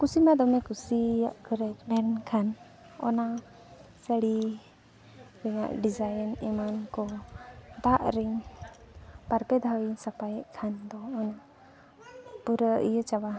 ᱠᱩᱥᱤ ᱢᱟ ᱫᱚᱢᱮ ᱠᱩᱥᱤᱭᱟᱜ ᱠᱟᱱᱟᱹᱧ ᱢᱮᱱᱠᱷᱟᱱ ᱚᱱᱟ ᱥᱟᱹᱲᱤ ᱨᱮᱱᱟᱜ ᱰᱤᱡᱟᱭᱤᱱ ᱮᱢᱟᱱ ᱠᱚ ᱫᱟᱜ ᱨᱤᱧ ᱵᱟᱨ ᱯᱮ ᱫᱷᱟᱣᱤᱧ ᱥᱟᱯᱷᱟᱭᱮᱫ ᱠᱷᱟᱱ ᱫᱚ ᱚᱱᱟ ᱯᱩᱨᱟᱹ ᱤᱭᱟᱹ ᱪᱟᱵᱟ